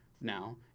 now